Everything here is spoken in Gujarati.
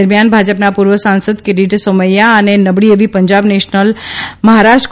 દરમ્યાન ભા પના પૂર્વ સાંસદ કિરીટ સોમૈથા અને માંદી એવી પંજા એન્ડ મહારાષ્ટ્ર કો